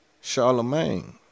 Charlemagne